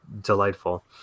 delightful